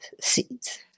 seeds